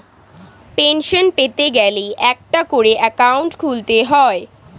pension পেতে গেলে একটা করে অ্যাকাউন্ট খুলতে হয়